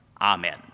amen